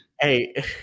Hey